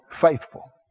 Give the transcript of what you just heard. faithful